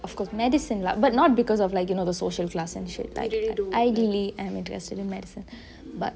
of course medicine lah but not because of like you know the social class and shit like I really am study medicine but ya